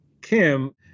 Kim